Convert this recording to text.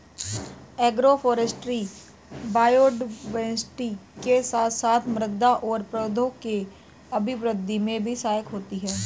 agroforestry biodiversity के साथ साथ मृदा और पौधों के अभिवृद्धि में भी सहायक होती है